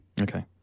Okay